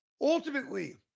ultimately